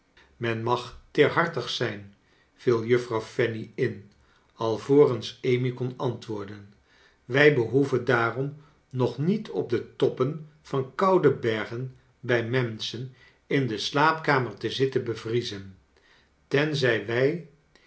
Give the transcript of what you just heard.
men mag teerhartig zijn viel juffrouw fanny in alvorens amy kon antwoorden wij behoeven daarom nog niet op de toppen van koude bergen bij menschen in de slaapkamer te zitten bevriezen tenzij wij